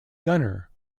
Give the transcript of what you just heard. gunner